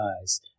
eyes